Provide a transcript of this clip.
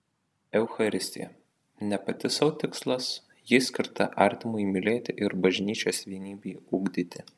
eucharistija ne pati sau tikslas ji skirta artimui mylėti ir bažnyčios vienybei ugdyti